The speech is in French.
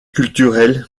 culturel